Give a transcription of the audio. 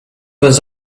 was